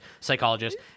psychologist